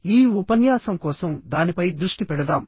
ఈ ఉపన్యాసం కోసం దానిపై దృష్టి పెడదాం